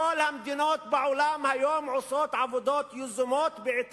כל המדינות בעולם היום עושות עבודות יזומות בעת